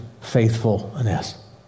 faithfulness